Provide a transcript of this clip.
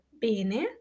bene